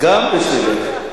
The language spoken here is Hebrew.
גם בשבילך.